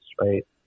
right